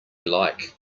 like